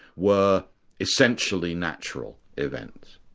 were essentially natural events.